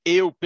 eu